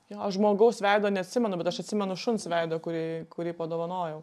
jo žmogaus veido neatsimenu bet aš atsimenu šuns veidą kurį kurį padovanojau